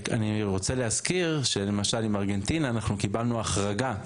אני רוצה להזכיר שלמשל עם ארגנטינה אנחנו קיבלנו החרגה.